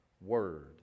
word